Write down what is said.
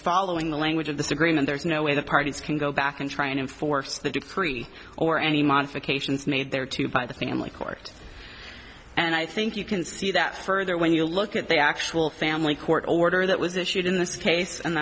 following the language of this agreement there's no way the parties can go back and try and enforce the decree or any modifications made there to by the family court and i think you can see that further when you look at the actual family court order that was issued in this case and